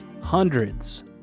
hundreds